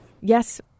Yes